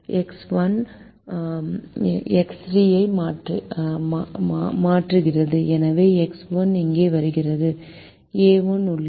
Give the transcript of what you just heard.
X 1 X 3 ஐ மாற்றுகிறது எனவே எக்ஸ் 1 இங்கே வருகிறது ஏ 1 உள்ளது